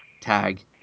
tag